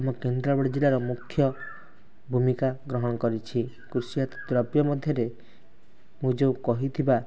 ଆମ କେନ୍ଦ୍ରାପଡ଼ା ଜିଲ୍ଲାର ମୁଖ୍ୟ ଭୂମିକା ଗ୍ରହଣ କରିଛି କୃଷିଜାତ ଦ୍ରବ୍ୟ ମଧ୍ୟରେ ମୁଁ ଯେଉଁ କହିଥିବା